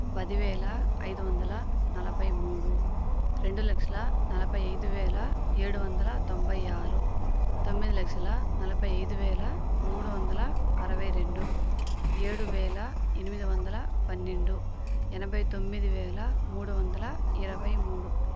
పదివేల ఐదు వందల నలభై మూడు రెండు లక్షల నలభై ఐదు వేల ఏడు వందల తొంభై ఆరు తొమ్మిది లక్షల నలభై ఐదు వేల మూడు వందల అరవై రెండు ఏడు వేల ఎనిమిది వందల పన్నెండు ఎనభై తొమ్మిది వేల మూడు వందల ఇరవై మూడు